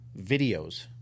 videos